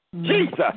Jesus